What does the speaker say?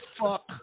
fuck